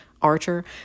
Archer